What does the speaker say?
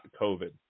covid